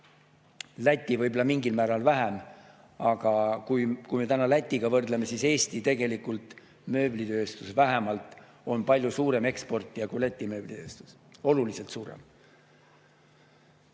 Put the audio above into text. Läti võib-olla mingil määral vähem. Aga kui me täna Lätiga võrdleme, siis Eesti tegelikult, mööblitööstuses vähemalt, on palju suurem eksportija kui Läti. Oluliselt suurem.